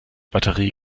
batterie